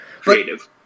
creative